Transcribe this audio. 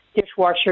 dishwasher